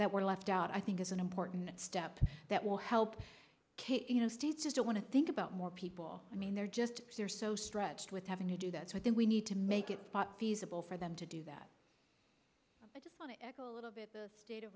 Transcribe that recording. that were left out i think is an important step that will help you know states just want to think about more people i mean they're just they're so stretched with having to do that so i think we need to make it feasible for them to do that i just want to echo a little bit the state of